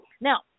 Now